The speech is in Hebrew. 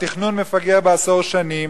התכנון מפגר בעשור שנים,